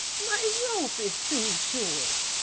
my rope is too short.